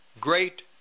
great